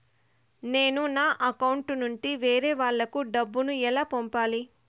నేను నా అకౌంట్ నుండి వేరే వాళ్ళకి డబ్బును ఎలా పంపాలి?